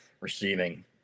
receiving